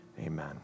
Amen